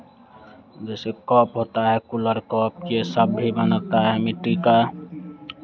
जैसे कप होता है कुल्हड़ कप ये सब भी बनाता है मिट्टी का